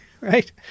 right